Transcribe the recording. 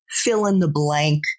fill-in-the-blank